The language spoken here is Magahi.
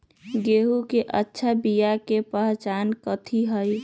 गेंहू के अच्छा बिया के पहचान कथि हई?